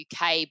UK